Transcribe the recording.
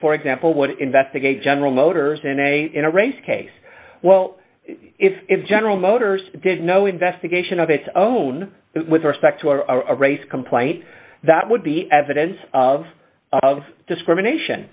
for example would investigate general motors and in a race case well if general motors did no investigation of its own with respect to our race complaint that would be evidence of of discrimination